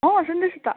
अँ सुन्दैछु त